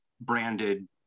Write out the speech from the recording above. branded